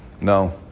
No